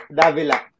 Davila